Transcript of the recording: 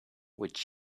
would